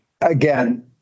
again